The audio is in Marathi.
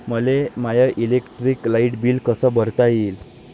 मले माय इलेक्ट्रिक लाईट बिल कस भरता येईल?